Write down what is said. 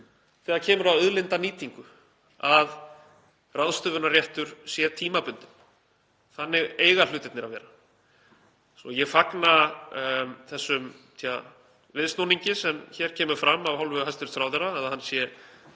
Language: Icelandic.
þegar kemur að auðlindanýtingu að ráðstöfunarréttur sé tímabundinn. Þannig eiga hlutirnir að vera. En ég fagna þessum viðsnúningi sem hér kemur fram af hálfu hæstv. ráðherra, að hann sé